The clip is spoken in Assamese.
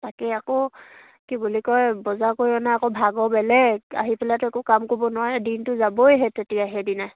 তাকেই আকৌ কি বুলি কয় বজাৰ কৰি অনা আকৌ ভাগৰ বেলেগ আহি পেলাইতো একো কাম কৰিব নোৱাৰে দিনটো যাবই সেই তেতিয়াই সেইদিনাই